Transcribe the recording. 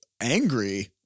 angry